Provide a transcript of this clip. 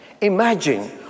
Imagine